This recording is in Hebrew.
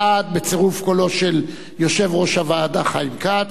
12 בעד, בצירוף קולו של יושב-ראש הוועדה חיים כץ,